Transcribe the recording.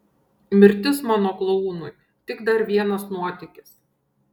mirtis mano klounui tik dar vienas nuotykis